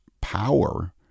power